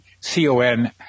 c-o-n